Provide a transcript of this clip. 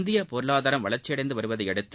இந்திய பொருளாதாரம் வளா்ச்சியடைந்து வருவதையடுத்து